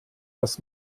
dass